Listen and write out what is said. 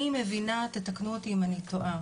אני מבינה, תקנו אותי אם אני טועה.